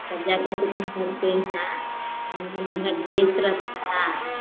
अब जैसे कि वेस्ट रहता है